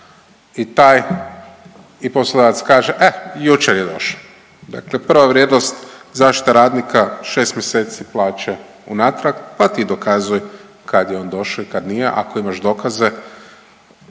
i taj i poslodavac kaže, e jučer je došao, dakle prva vrijednost zaštita radnika 6 mjeseci plaće unatrag pa ti dokazuj kad je on došao, kad nije, ako imaš dokaze,